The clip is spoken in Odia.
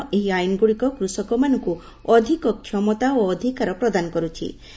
କାରଣ ଏହି ଆଇନ୍ଗୁଡ଼ିକ କୃଷକମାନଙ୍କୁ ଅଧିକ କ୍ଷମତା ଓ ଅଧିକାର ପ୍ରଦାନ କରୁଛି